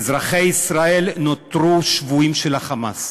אזרחי ישראל נותרו שבויים של ה"חמאס".